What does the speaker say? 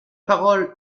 parole